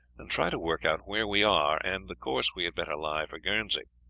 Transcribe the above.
and try and work out where we are, and the course we had better lie for guernsey.